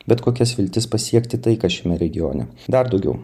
bet kokias viltis pasiekti taiką šiame regione dar daugiau